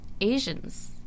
Asians